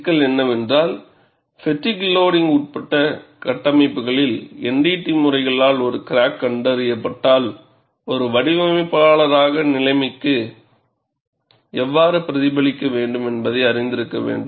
சிக்கல் என்னவென்றால் fatigue loading உட்பட்ட கட்டமைப்புகளில் NDT முறைகளால் ஒரு கிராக் கண்டறியப்பட்டால் ஒரு வடிவமைப்பாளராக நிலைமைக்கு எவ்வாறு பிரதிபலிக்க வேண்டும் என்பதை அறிந்திருக்க வேண்டும்